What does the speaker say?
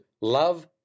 love